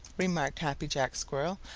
remarked happy jack squirrel,